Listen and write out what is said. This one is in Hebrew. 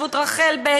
שבות רחל ב',